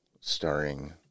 starring